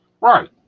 Right